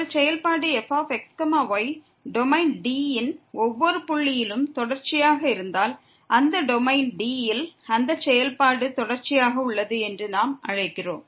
ஒரு செயல்பாடு fx y domain D யின் ஒவ்வொரு புள்ளியிலும் தொடர்ச்சியாக இருந்தால் அந்த டொமைன் D யில் அந்த செயல்பாடு தொடர்ச்சியாக உள்ளது என்று நாம் அழைக்கிறோம்